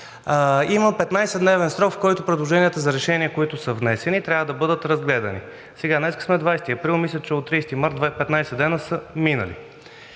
Има 15-дневен срок, в който предложенията за решения, които са внесени, трябва да бъдат разгледани. Днес сме 20 април. Мисля, че от 30 март – 15 дни са минали.